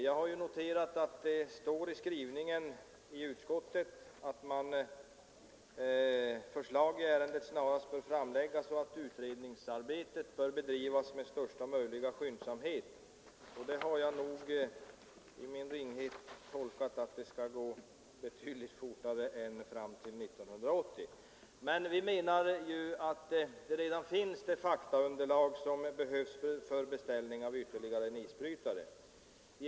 Jag har i utskottets skrivning noterat att förslag i ärendet snarast bör framläggas och att utredningsarbetet bör bedrivas med största möjliga skyndsamhet. Då har jag nog i min ringhet tolkat det så, att det skall ske betydligt tidigare än 1980. Vi anser att det faktaunderlag som behövs för beställning av ytterligare en isbrytare redan finns.